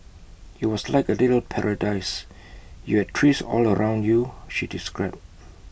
IT was like A little paradise you had trees all around you she described